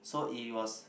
so it was